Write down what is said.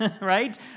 Right